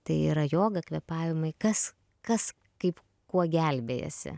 tai yra joga kvėpavimai kas kas kaip kuo gelbėjasi